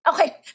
Okay